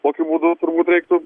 tokiu būdu turbūt reiktų